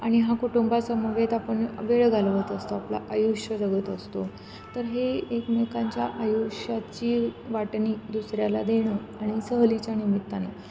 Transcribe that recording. आणि हा कुटुंबासमवेत आपण वेळ घालवत असतो आपलं आयुष्य जगत असतो तर हे एकमेकांच्या आयुष्याची वाटणी दुसऱ्याला देणं आणि सहलीच्या निमित्ताने